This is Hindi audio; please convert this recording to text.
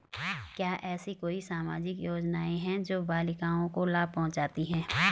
क्या ऐसी कोई सामाजिक योजनाएँ हैं जो बालिकाओं को लाभ पहुँचाती हैं?